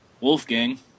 Wolfgang